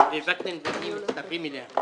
שוקנין ואני מצטרפים אליה.